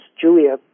Julia